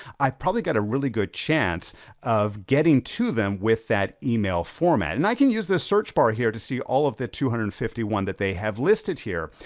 i've probably got a really good chance of getting to them with that email format. and i can use this search bar here to see all of the two hundred and fifty one that they have listed here.